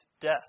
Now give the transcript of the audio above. death